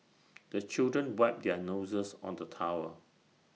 the children wipe their noses on the towel